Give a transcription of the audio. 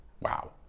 wow